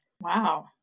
Wow